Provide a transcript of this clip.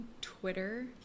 Twitter